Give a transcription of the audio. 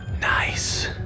Nice